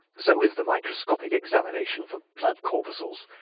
so is the microscopic examination for blood corpuscles.